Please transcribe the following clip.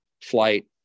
flight